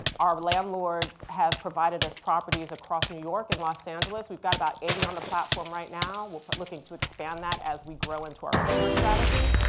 our landlords have provided us properties across new york and los angeles. we've got about eighty on the platform right now. we're but looking to expand that as we grow into our broker strategy.